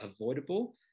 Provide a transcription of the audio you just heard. avoidable